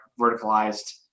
verticalized